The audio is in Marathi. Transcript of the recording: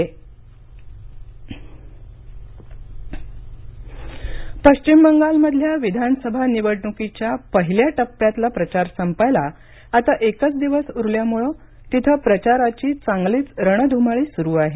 निवडणूक प्रचार पश्चिम बंगाल पश्चिम बंगालमधल्या विधानसभा निवडणुकीच्या पहिल्या टप्प्यातला प्रचार संपायला आता एकच दिवस उरल्यामुळे तिथं प्रचारी चांगलीच रणधुमाळी सुरू आहे